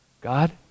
God